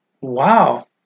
Wow